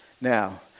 Now